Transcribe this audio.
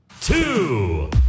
Two